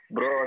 Bro